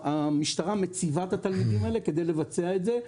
המשטרה מציבה את התלמידים האלה כדי לבצע את זה,